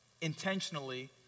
intentionally